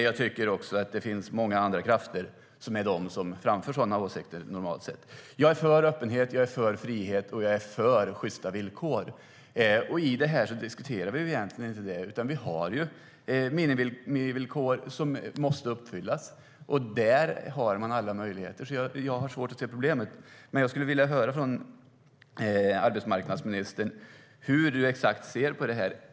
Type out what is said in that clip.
Det finns också många andra krafter som framför sådana åsikter. Jag är för öppenhet, frihet och sjysta villkor. Det är egentligen inte detta vi diskuterar här. Vi har minimivillkor som måste uppfyllas. Där har man alla möjligheter, så jag har svårt att se problemet. Men jag skulle vilja höra hur arbetsmarknadsministern exakt ser på detta.